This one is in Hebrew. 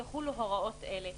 יחולו הוראות אלה.